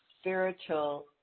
spiritual